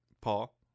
Paul